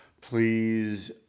please